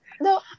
No